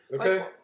Okay